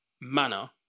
manner